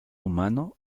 humano